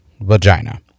vagina